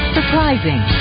Surprising